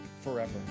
forever